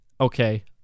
Okay